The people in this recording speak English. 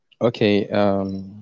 Okay